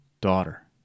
daughter